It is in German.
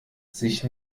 sich